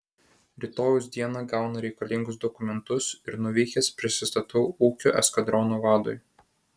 rytojaus dieną gaunu reikalingus dokumentus ir nuvykęs prisistatau ūkio eskadrono vadui